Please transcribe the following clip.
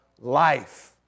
life